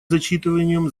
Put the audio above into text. зачитыванием